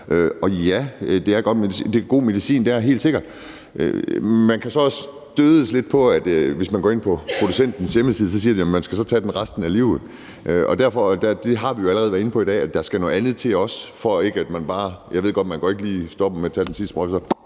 Ja, det er god medicin. Det er det helt sikkert. Man kan så også stødes lidt af, at hvis man går ind på producentens hjemmeside, så siger de, at man skal tage den resten af livet. Derfor – og det har vi jo allerede været inde på i dag – skal der også noget andet til. Jeg ved godt, at man ikke lige stopper med at tage den sidste sprøjte,